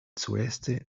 sureste